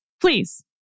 Please